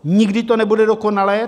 Nikdy to nebude dokonalé.